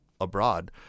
abroad